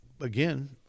again